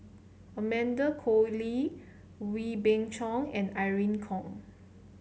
Amanda Koe Lee Wee Beng Chong and Irene Khong